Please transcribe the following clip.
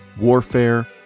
warfare